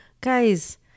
guys